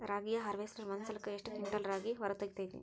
ರಾಗಿಯ ಹಾರ್ವೇಸ್ಟರ್ ಒಂದ್ ಸಲಕ್ಕ ಎಷ್ಟ್ ಕ್ವಿಂಟಾಲ್ ರಾಗಿ ಹೊರ ತೆಗಿತೈತಿ?